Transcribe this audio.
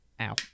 ow